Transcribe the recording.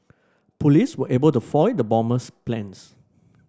police were able to foil the bomber's plans